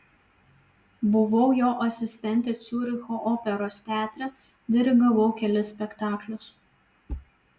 buvau jo asistentė ciuricho operos teatre dirigavau kelis spektaklius